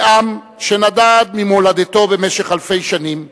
כעם שנדד ממולדתו במשך אלפי שנים,